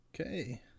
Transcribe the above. Okay